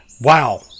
wow